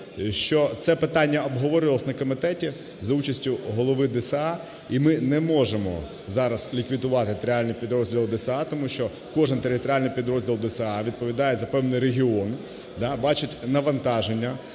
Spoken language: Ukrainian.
це питання обговорювалось на комітеті за участю голови ДСА. І ми не можемо зараз ліквідувати територіальні підрозділи ДСА тому, що кожний територіальний підрозділ ДСА відповідає за певний регіон, бачить навантаження